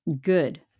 good